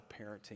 parenting